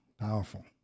powerful